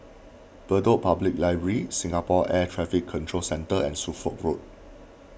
Bedok Public Library Singapore Air Traffic Control Centre and Suffolk Road